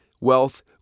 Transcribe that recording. wealth